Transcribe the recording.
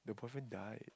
they boyfriend died